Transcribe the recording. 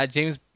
James